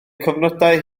cyfnodau